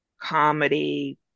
Comedy